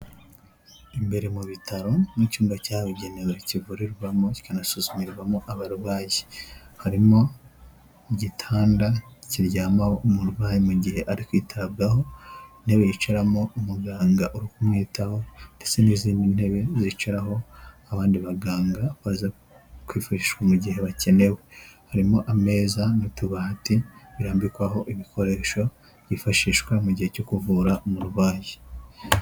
Imbere mu bitaro n'icyumba cyabigenewe kivurirwamo zikanasuzumirwamo abarwayi harimo igitanda kiryamaho umurwayi mu gihe ari kwitabwaho intebe yicaramo umuganga uri kumwitaho ndetse n'izindi ntebe zicaraho abandi baganga baza kwifashishwa mu gihe bakenewe harimo ameza n'utubati birambikwaho ibikoresho hifashishwa mu gihe cyo kuvura umurway.